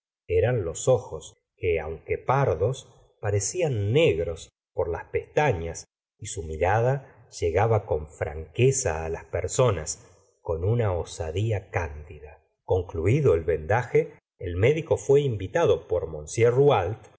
eran los ojos que aunque eran pardos parecían negros por las pestaüas y su mirada llegaba con franqueza á las personas con una osadía cándida concluido el vendaje el médico fué invitado por